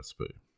recipe